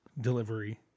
delivery